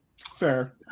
Fair